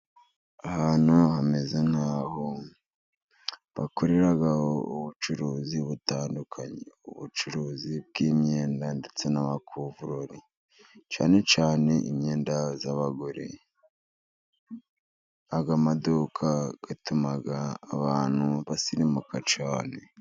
Ahantu hameze nkaho bakorera ubucuruzi butandukanye ,ubucuruzi bw'imyenda, ndetse n'amakuvurori ,cyane cyane imyenda y'abagore. Aya maduka atuma abantu basirimu cyane.